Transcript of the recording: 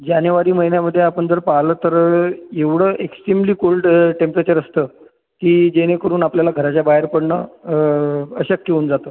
जानेवारी महिन्यामधे आपण जर पाहिलं तर एवढं एक्स्ट्रीमली कोल्ड टेंपरेचर असतं की जेणेकरून आपल्याला घराच्या बाहेर पडणं अशक्य होऊन जातं